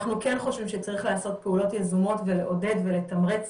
אנחנו כן חושבים שצריך לעשות פעולות יזומות ולעודד ולתמרץ